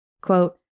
Quote